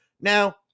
Now